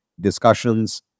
Discussions